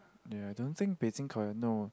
ya I don't think basing current know